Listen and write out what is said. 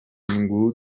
ningú